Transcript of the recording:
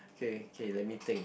okay okay let me think